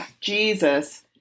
Jesus